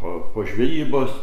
po po žvejybos